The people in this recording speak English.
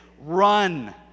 run